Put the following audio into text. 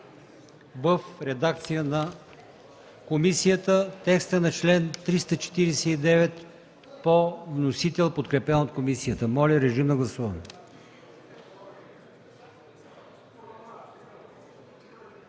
в редакция на комисията, и текста на чл. 349 – по вносител, подкрепен от комисията. Моля, гласувайте.